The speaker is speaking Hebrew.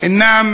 אינם